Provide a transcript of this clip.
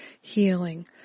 healing